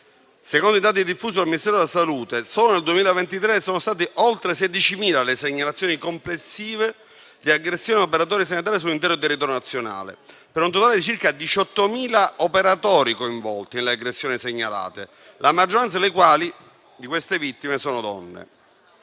Secondo i dati diffusi dal Ministero della salute, solo nel 2023 sono state oltre 16.000 le segnalazioni complessive e le aggressioni a operatori sanitari sull'intero territorio nazionale, per un totale di circa 18.000 operatori coinvolti nelle aggressioni segnalate (la maggioranza delle vittime sono donne).